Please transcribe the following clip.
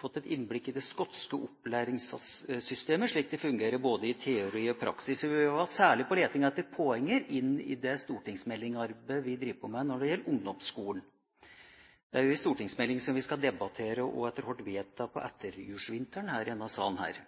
fått et innblikk i det skotske opplæringssystemet slik det fungerer både i teori og praksis. Vi var særlig på leting etter poenger til arbeidet med stortingsmeldinga som vi holder på med når det gjelder ungdomsskolen. Det er også en stortingsmelding som vi skal debattere og etter hvert vedta på etterjulsvinteren her i denne salen.